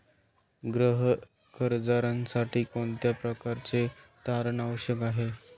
गृह कर्जासाठी कोणत्या प्रकारचे तारण आवश्यक आहे?